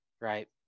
right